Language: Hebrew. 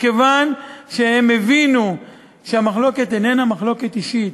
מכיוון שהם הבינו שהמחלוקת איננה אישית.